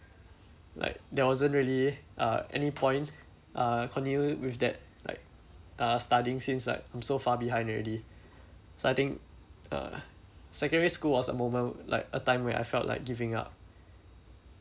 like there wasn't really uh any point uh continue with that like uh studying since like I'm so far behind already so I think uh secondary school was a moment like a time where I felt like giving up